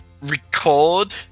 record